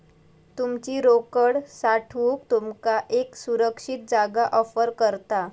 तुमची रोकड साठवूक तुमका एक सुरक्षित जागा ऑफर करता